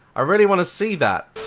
ah really want to see that